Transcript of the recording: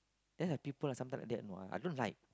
then have people sometime like that know I I don't like